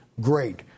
great